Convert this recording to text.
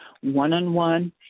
one-on-one